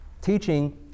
teaching